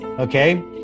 Okay